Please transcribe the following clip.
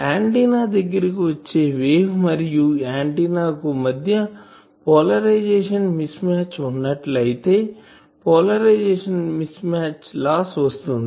antenna దగ్గరకు వచ్చే wave కు మరియు ఆంటిన్నా కు మధ్య పోలరైజేషన్ మిస్ మ్యాచ్ వున్నట్లైతే పోలరైజేషన్ మిస్ మ్యాచ్ లాస్ వస్తుంది